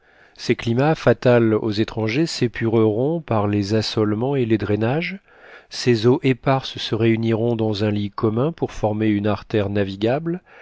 ces climats fatals aux étrangers s'épureront par les assolements et les drainages ces eaux éparses se réuniront dans un lit commun pour former une artère navigable